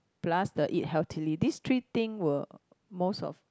plus the eat healthily these three thing will most of